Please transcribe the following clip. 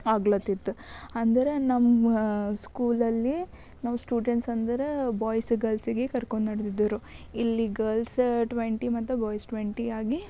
ಆಗ್ಲತಿತ್ತು ಅಂದರೆ ನಮ್ಮ ಸ್ಕೂಲಲ್ಲಿ ನಾವು ಸ್ಟೂಡೆಂಟ್ಸಂದ್ರೆ ಬಾಯ್ಸ್ ಗರ್ಲ್ಸಿಗೆ ಕರ್ಕೊಂಡು ನಡೆದಿದ್ದರು ಇಲ್ಲಿ ಗರ್ಲ್ಸ್ ಟ್ವೆಂಟಿ ಮತ್ತು ಬಾಯ್ಸ್ ಟ್ವೆಂಟಿ ಆಗಿ